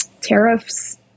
tariffs